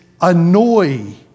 annoy